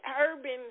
urban